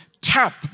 tap